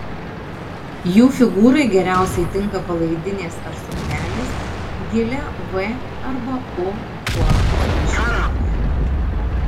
jų figūrai geriausiai tinka palaidinės ar suknelės gilia v arba u formos iškirpte